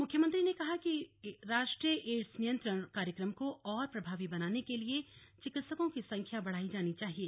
मुख्यमंत्री ने कहा कि राष्ट्रीय एड्स नियन्त्रण कार्यक्रम को और प्रभावी बनाने के लिए चिकित्सकों की संख्या बढ़ायी जानी चाहिए